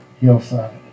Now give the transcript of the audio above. hillside